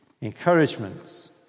encouragements